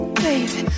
baby